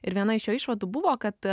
ir viena iš jo išvadų buvo kad